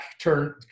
turn